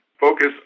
focus